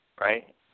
right